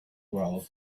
well